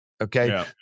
Okay